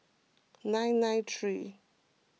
nine nine three